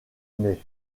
ney